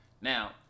Now